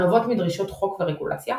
הנובעות מדרישות חוק ורגולציה,